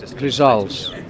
results